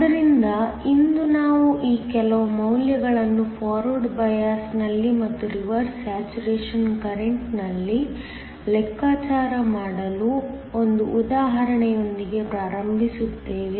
ಆದ್ದರಿಂದ ಇಂದು ನಾವು ಈ ಕೆಲವು ಮೌಲ್ಯಗಳನ್ನು ಫಾರ್ವರ್ಡ್ ಬಯಾಸ್ನಲ್ಲಿ ಮತ್ತು ರಿವರ್ಸ್ ಸ್ಯಾಚುರೇಶನ್ ಕರೆಂಟ್ನಲ್ಲಿ ಲೆಕ್ಕಾಚಾರ ಮಾಡಲು ಒಂದು ಉದಾಹರಣೆಯೊಂದಿಗೆ ಪ್ರಾರಂಭಿಸುತ್ತೇವೆ